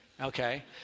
okay